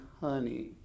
honey